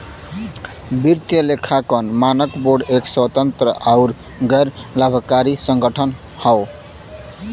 वित्तीय लेखांकन मानक बोर्ड एक स्वतंत्र आउर गैर लाभकारी संगठन हौ